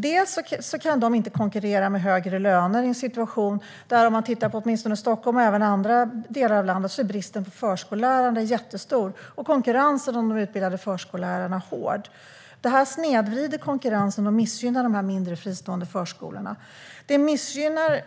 De kan inte konkurrera med högre löner i en situation där - om man tittar på Stockholm och även andra delar av landet - bristen på förskollärare är jättestor och konkurrensen om de utbildade förskollärarna är hård. Det snedvrider konkurrensen och missgynnar de mindre fristående förskolorna.